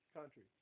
Country